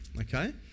Okay